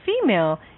female